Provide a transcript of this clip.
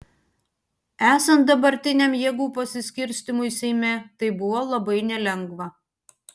esant dabartiniam jėgų pasiskirstymui seime tai buvo labai nelengva